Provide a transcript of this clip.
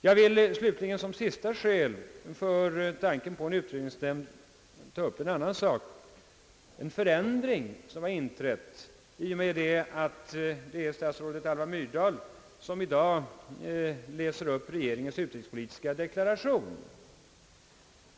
Jag vill slutligen som ett sista skäl för tanken på en diskussion i utrikesnämnden ta upp den förändring, som inträffat i och med att det är statsrådet Alva Myrdal som i dag läst upp regeringens utrikespolitiska deklaration.